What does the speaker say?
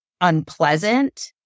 unpleasant